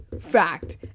fact